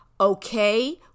Okay